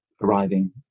arriving